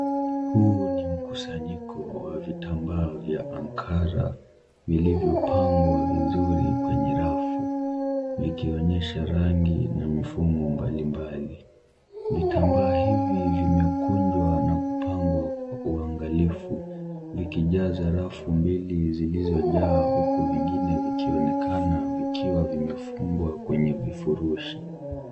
Huu ni mkusanyiko wa vitambaa vya ankara vilivyo pangwa vizuri kwenye rafu vikionyesha rangi na mfumo mbali mbali. Vitambaa hivi vimekunjwa na kupangwa kwa uangalifu vikijaza rafu mbili zilizojaa huku vingine vikionekana vikiwa vimefungwa kwenye vifurushi.